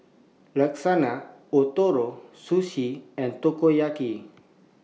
Lasagne Ootoro Sushi and Takoyaki